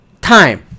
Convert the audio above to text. time